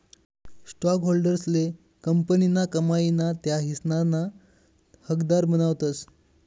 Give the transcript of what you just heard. स्टॉकहोल्डर्सले कंपनीना कमाई ना त्या हिस्साना हकदार बनावतस